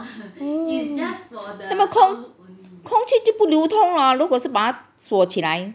那么空气就不流通了如果是把锁起来